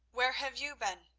where have you been?